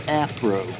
afro